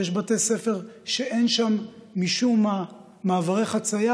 יש בתי ספר שאין שם משום מה מעברי חציה,